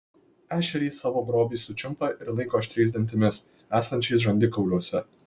ešerys savo grobį sučiumpa ir laiko aštriais dantimis esančiais žandikauliuose